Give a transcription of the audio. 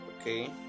okay